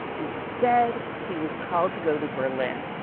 instead he was called to go to berlin.